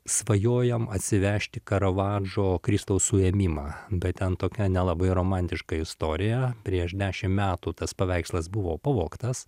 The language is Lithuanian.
svajojom atsivežti karavadžo kristaus suėmimą bet ten tokia nelabai romantiška istorija prieš dešim metų tas paveikslas buvo pavogtas